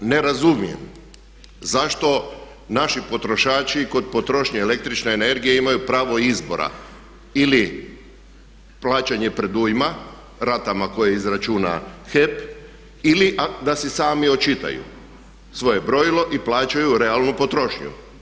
Ne razumijem zašto naši potrošači kod potrošnje električne energije imaju pravo izbora ili plaćanje predujma ratama koje izračuna HEP ili da si sami očitaju svoje brojilo i plaćaju realnu potrošnju.